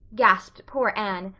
gasped poor anne,